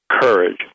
courage